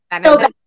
no